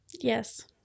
Yes